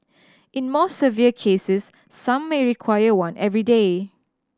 in more severe cases some may require one every day